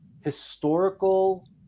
historical